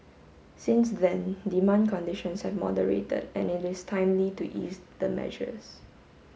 since then demand conditions have moderated and it is timely to ease the measures